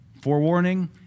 Forewarning